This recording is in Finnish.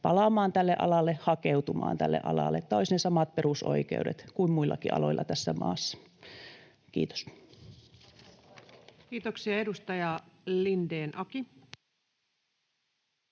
palaamaan tälle alalle, hakeutumaan tälle alalle, että olisi ne samat perusoikeudet kuin muillakin aloilla tässä maassa. — Kiitos. [Speech